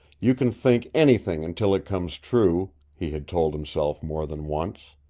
you can think anything until it comes true, he had told himself more than once.